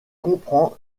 comprend